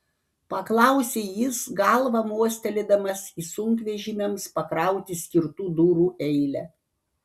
paklausė jis galva mostelėdamas į sunkvežimiams pakrauti skirtų durų eilę